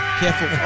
careful